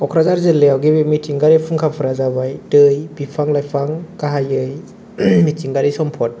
क'क्राझार जिलायाव गिबि मिथिंगायारि फुंखाफोरा जाबाय दै बिफां लाइफां गाहायै मिथिंगायारि सम्फद